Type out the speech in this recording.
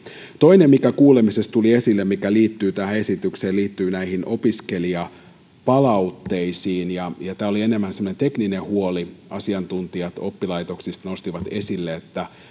toinen mikä kuulemisessa tuli esille ja mikä liittyy tähän esitykseen liittyy opiskelijapalautteisiin tämä oli enemmän tekninen huoli asiantuntijat oppilaitoksista nostivat esille että